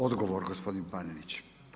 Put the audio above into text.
Odgovor gospodin Panenić.